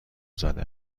زده